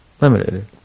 limited